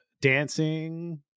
dancing